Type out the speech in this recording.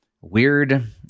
weird